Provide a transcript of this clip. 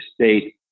State